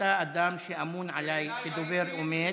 ואתה אדם שאמון עליי כדובר אמת,